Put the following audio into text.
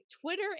Twitter